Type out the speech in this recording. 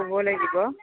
ক'ব লাগিব